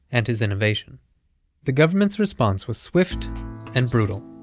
and his innovation the government's response was swift and brutal.